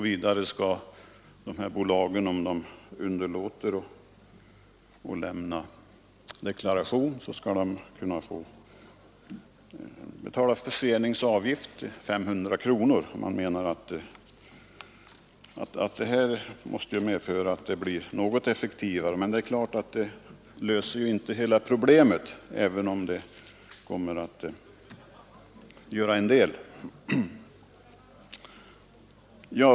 Vidare skall dessa bolag, om de underlåter att lämna deklaration, kunna få betala en förseningsavgift på 500 kronor. Man menar att detta måste medföra en något effektivare kontroll, men det är klart att det inte löser hela problemet, även om det kommer att göra en del.